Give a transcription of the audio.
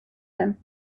him